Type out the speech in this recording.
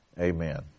Amen